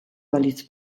balitz